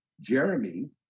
Jeremy